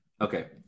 Okay